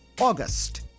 August